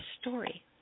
story